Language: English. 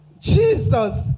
jesus